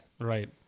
right